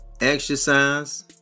exercise